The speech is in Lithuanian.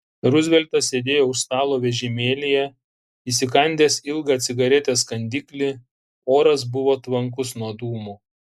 ruzveltas sėdėjo už stalo vežimėlyje įsikandęs ilgą cigaretės kandiklį oras buvo tvankus nuo dūmų